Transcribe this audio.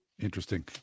Interesting